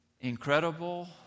Incredible